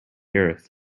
earth